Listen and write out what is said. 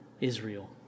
Israel